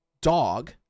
dog